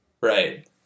Right